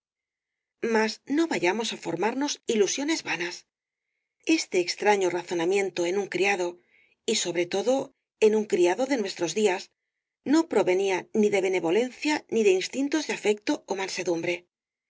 mas no vayamos á formarnos ilusiones vanas este extraño razonamiento en un criado y sobre todo en un criado de nuestros días no provenía ni de benevolencia ni de instintos de afecto ó mansedumbre